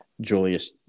Julius